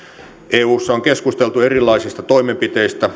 eussa on keskusteltu erilaisista toimenpiteistä